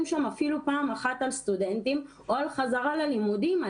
שם אפילו פעם אחת על סטודנטים או על חזרה ללימודים.